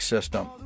System